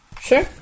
Sure